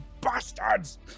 bastards